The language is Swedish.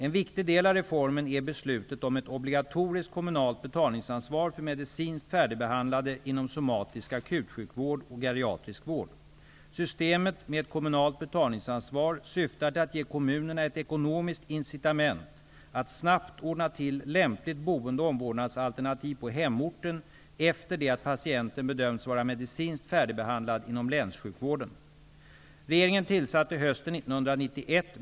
En viktig del av reformen är beslutet om ett obligatoriskt kommunalt betalningsansvar för medicinskt färdigbehandlade inom somatisk akutsjukvård och geriatrisk vård. Systemet med ett kommunalt betalningsansvar syftar till att ge kommunerna ett ekonomiskt incitament att snabbt ordna till lämpligt boende och omvårdnadsalternativ på hemorten efter det att patienten bedömts vara medicinskt färdigbehandlad inom länssjukvården.